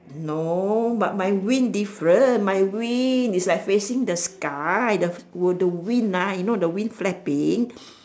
no but my wing different my wing is like facing the sky the oh the wing ah you know the wing flapping